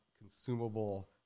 consumable